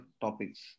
topics